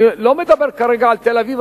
אני לא מדבר כרגע על תל-אביב,